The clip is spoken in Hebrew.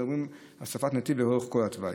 מדברים על הוספת נתיב לאורך כל התוואי.